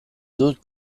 dut